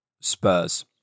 Spurs